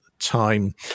time